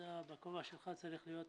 אתה בכובע שלך צריך להיות